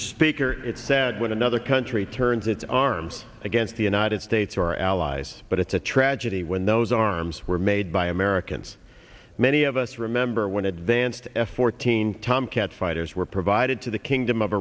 speaker it's sad when another country turns its arms against the united states or our allies but it's a tragedy when those arms were made by americans many of us remember when advanced f fourteen tomcats fighters were provided to the kingdom of